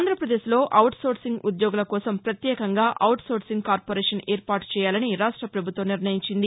ఆంధ్రప్రదేశ్లో ఔట్సోర్సింగ్ ఉద్యోగుల కోసం ప్రత్యేకంగా ఔట్సోర్సింగ్ కార్పొరేషన్ ఏర్పాటు చేయాలని రాష్ట ప్రభుత్వం నిర్ణయించింది